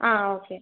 ആ ഓക്കെ